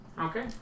Okay